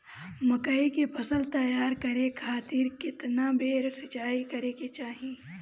मकई के फसल तैयार करे खातीर केतना बेर सिचाई करे के चाही?